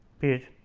page.